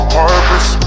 purpose